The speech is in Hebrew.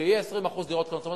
שיהיו 20% דירות קטנות.